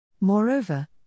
Moreover